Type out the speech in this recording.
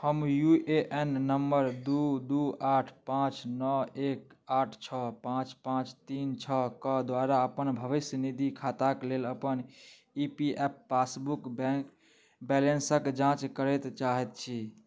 हम U A N number दुइ दुइ आठ पाँच नओ एक आठ छओ पाँच पाँच तीन छओके द्वारा अपन भविष्यनिधि खाताके लेल अपन ई पी एफ पासबुक बैलेन्सके जाँच करऽ चाहै छी